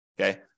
okay